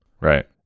Right